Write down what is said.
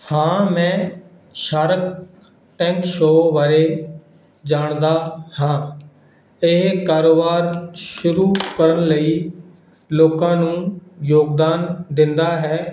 ਹਾਂ ਮੈਂ shark tank show ਬਾਰੇ ਜਾਣਦਾ ਹਾਂ ਇਹ ਕਾਰੋਬਾਰ ਸ਼ੁਰੂ ਕਰਨ ਲਈ ਲੋਕਾਂ ਨੂੰ ਯੋਗਦਾਨ ਦਿੰਦਾ ਹੈ